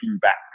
back